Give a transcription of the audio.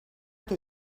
que